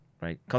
right